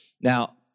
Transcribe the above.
Now